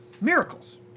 miracles